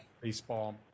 baseball